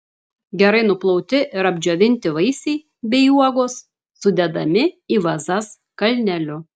gerai nuplauti ir apdžiovinti vaisiai bei uogos sudedami į vazas kalneliu